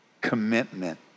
Commitment